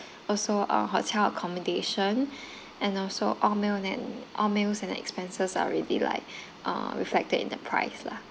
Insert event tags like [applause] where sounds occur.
also uh hotel accommodation [breath] and also all meal and all meals and expenses are already like [breath] uh reflected in the price lah